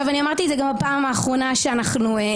אמרתי את זה גם בפעם האחרונה שנפגשנו,